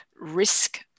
risk